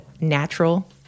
natural